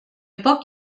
poc